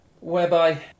whereby